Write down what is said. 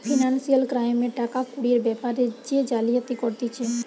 financial ক্রাইমে টাকা কুড়ির বেপারে যে জালিয়াতি করতিছে